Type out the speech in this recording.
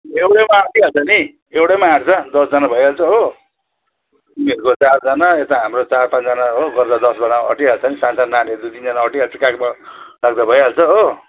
एउटैमा अटिहाल्छ नि एउटैमा अट्छ दसजना भइहाल्छ हो तिमीहरूको चारजना यता हाम्रो चार पाँचजना हो गर्दा दसजना अटिहाल्छ नि चारजना नानीहरू दुई तिनजाना अटिहाल्छ काखमा राख्दा भइहाल्छ हो